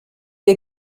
ihr